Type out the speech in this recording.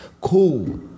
Cool